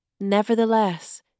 Nevertheless